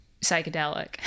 psychedelic